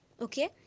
Okay